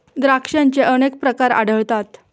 द्राक्षांचे अनेक प्रकार आढळतात